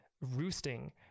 roosting